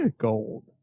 Gold